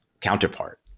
counterpart